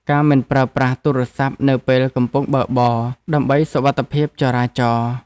ការមិនប្រើប្រាស់ទូរស័ព្ទនៅពេលកំពុងបើកបរ ដើម្បីសុវត្ថិភាពចរាចរណ៍។